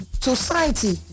society